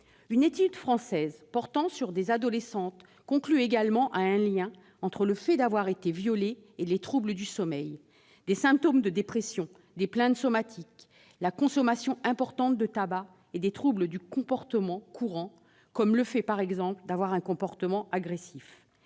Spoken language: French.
Une étude française portant sur des adolescentes conclut également à l'existence d'un lien entre le fait d'avoir été violée et l'apparition de troubles du sommeil, de symptômes de dépression, de plaintes somatiques, la consommation importante de tabac et certains troubles du comportement courant, comme le fait d'avoir une attitude agressive.